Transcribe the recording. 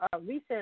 recent